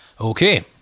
Okay